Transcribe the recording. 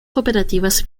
cooperativas